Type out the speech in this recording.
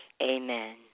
Amen